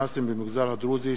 סגירת המתנ"סים במגזר הדרוזי,